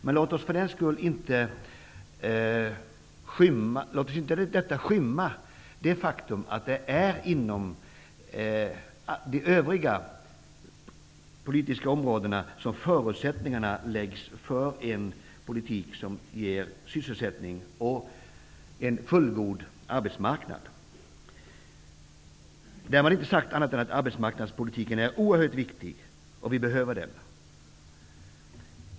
Men låt inte detta skymma det faktum att det är inom de övriga politiska områdena som förutsättningarna läggs för en politik som ger sysselsättning och en fullgod arbetsmarknad. Därmed inte sagt att arbetsmarknadspolitiken inte är oerhört viktig. Vi behöver den.